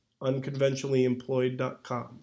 UnconventionallyEmployed.com